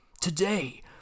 Today